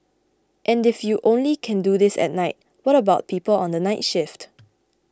and if you only can do this at night what about people on the night shift